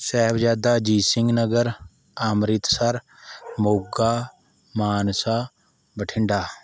Sahibzada Ajit Singh Nagar Amritsar Moga Mansa Bathinda